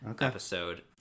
episode